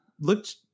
looked